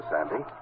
Sandy